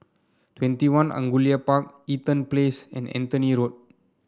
Twenty One Angullia Park Eaton Place and Anthony Road